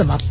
समाप्त